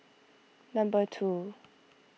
number two